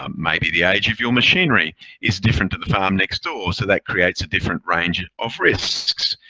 um maybe the age of your machinery is different to the farm next door, so that creates a different range of risks.